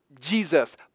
Jesus